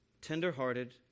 tender-hearted